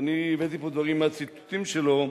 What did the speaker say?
ואני הבאתי פה דברים מהציטוטים שלו,